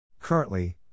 Currently